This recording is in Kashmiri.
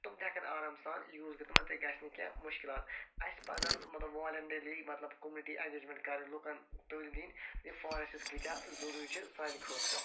تٕم تہِ ہٮ۪کَن آرام سان یوٗز کٔرِتھ تِمن تہِ گَژھِ نہٕ کینٛہہ مُشکِلات اسہ پَزَن مطلب والٮ۪نٹیرِلی مَطلَب کومنٹی اٮ۪نگیجمٮ۪نٛٹ کَرٕنۍ لُکَن تٲلیٖم دِنۍ یہِ فارٮ۪سٹٕز کۭتیٛاہ ضٔروٗری چھِ سانہِ خٲطرٕ